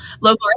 local